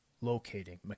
locating